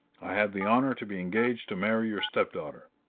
i have the honor to be engaged to marry your stepdaughter.